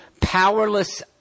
powerless